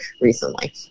recently